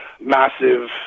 massive